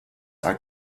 are